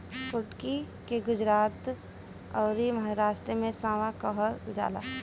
कुटकी के गुजरात अउरी महाराष्ट्र में सांवा कहल जाला